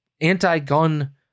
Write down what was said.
anti-gun